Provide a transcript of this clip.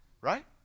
Right